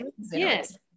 Yes